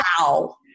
wow